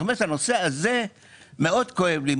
הנושא הזה מאוד כואב לי,